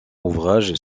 ouvrages